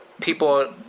people